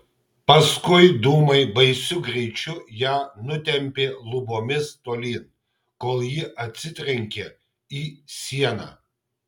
paskui dūmai baisiu greičiu ją nutempė lubomis tolyn kol ji atsitrenkė į sieną